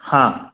हाँ